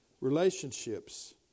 relationships